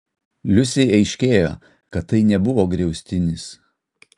liusei aiškėjo kad tai nebuvo griaustinis